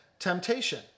Temptation